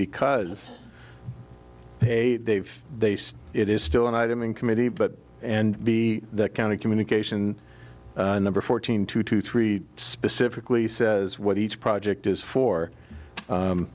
because they they say it is still an item in committee but and be that kind of communication number fourteen two to three specifically says what each project is for